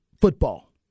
football